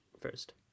first